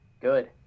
good